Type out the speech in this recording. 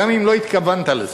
גם אם לא התכוונת לזה,